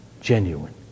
genuine